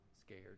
scared